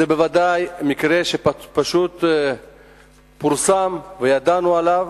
זה בוודאי מקרה שפשוט פורסם וידענו עליו,